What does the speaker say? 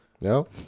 No